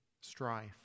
strife